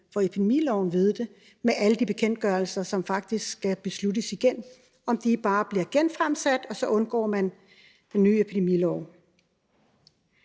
bag epidemiloven ved det: om alle de bekendtgørelser, som faktisk skal besluttes igen, bare bliver genfremsat, og så undgår man den nye epidemilov.